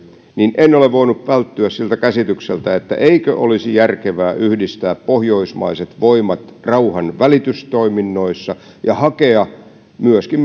niin en ole voinut välttyä siltä käsitykseltä eikö olisi järkevää yhdistää pohjoismaiset voimat rauhanvälitystoiminnoissa ja hakea myöskin